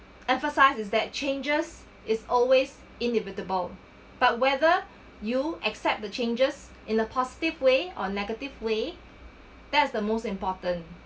emphasis is that changes is always inevitable but whether you accept the changes in the positive way or negative way that's the most important